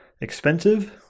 expensive